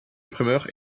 imprimeur